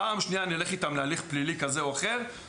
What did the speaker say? ופעם שנייה נלך איתם להליך פלילי כזה או אחר".